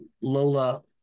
Lola